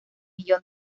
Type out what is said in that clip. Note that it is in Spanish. millón